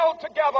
together